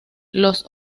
los